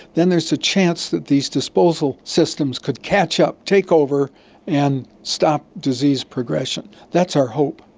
then there's a chance that these disposal systems could catch up, take over and stop disease progression. that's our hope.